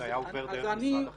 זה היה עובר דרך משרד החינוך.